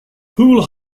poole